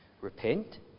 Repent